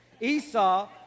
Esau